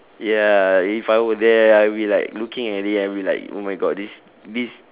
ya if I were there I'll be like looking at it I'll be like oh my god this this